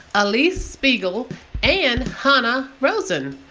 alix spiegel and hanna rosin.